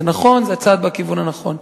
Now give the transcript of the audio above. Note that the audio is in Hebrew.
זה נכון, זה צעד בכיוון הנכון,